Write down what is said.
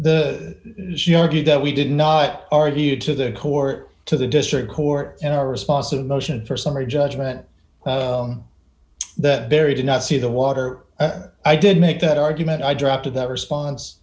the she argued that we did not argue to the court to the district court and our response of motion for summary judgment that barry did not see the water i did make that argument i drop to that response